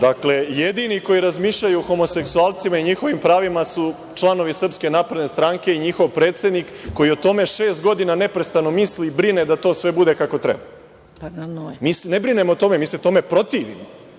Dakle, jedini koji razmišljaju o homoseksualcima i njihovim pravima su članovi SNS i njihov predsednik, koji o tome šest godina neprestano misli i brine da to sve bude kako treba. Mi se ne brinemo o tome, mi se tome protivimo.